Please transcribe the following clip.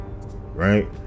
Right